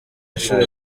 inshuro